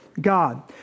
God